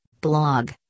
blog